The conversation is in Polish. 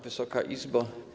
Wysoka Izbo!